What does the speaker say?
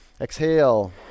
Exhale